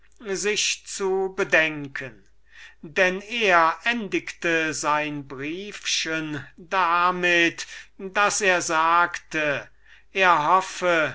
sich zu bedenken denn er endigte sein briefchen damit daß er ihr sagte er hoffe